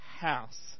house